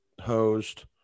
hosed